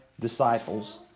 disciples